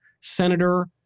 Senator